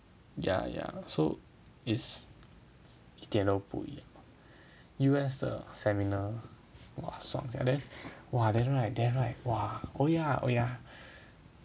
yeah yeah so is 一点都不一样 U_S 的 seminar !wah! xiong sia then !wah! then right then right !wah! oh yeah oh yeah